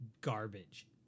garbage